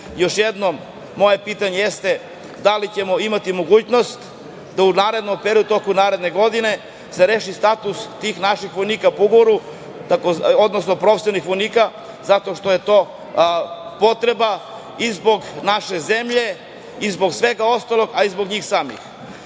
jednom, moje pitanje jeste – da li ćemo imati mogućnost da u narednom periodu, u toku naredne godine se reši status tih naših vojnika po ugovoru, odnosno profesionalnih vojnika, zato što je to potreba i zbog naše zemlje i zbog svega ostalog, a i zbog njih samih? Još